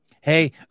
Hey